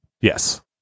Yes